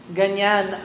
ganyan